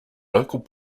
local